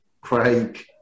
Craig